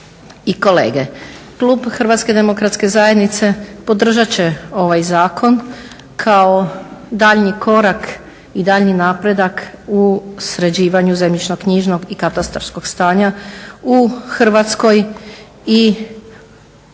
Klub HDZ-a podržat će ovaj zakon kao daljnji korak i daljnji napredak u sređivanju zemljišno-knjižnog i katastarskog stanja u Hrvatskoj i u